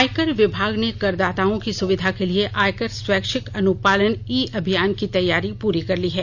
आयकर विभाग ने करदाताओं की सुविधा के लिए आयकर स्वैच्छिक अनुपालन ई अभियान की तैयारी पूरी कर ली है